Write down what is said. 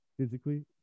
physically